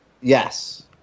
Yes